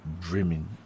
dreaming